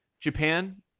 Japan